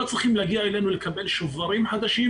לקבל שוברים חדשים